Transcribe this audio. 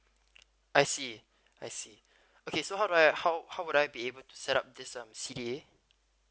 I see I see okay so how do I how how would I be able to set up this um C_D_A